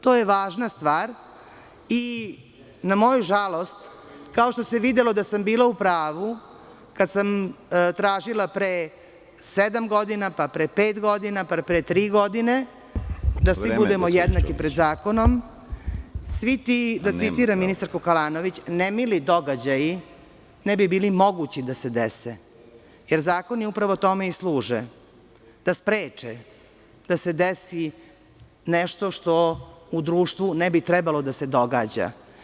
To je važna stvar i na moju žalost, kao što se videlo da sam bila u pravu kad sam tražila pre sedam godina, pa pre pet godina, pa pre tri godine da svi budemo jednaki pred zakonom, svi ti da citiram ministarku Kalanović – nemili događaji ne bi bili mogući da se dese jer zakoni upravo tome i služe, da spreče da se desi nešto što u društvu ne bi trebalo da se događa.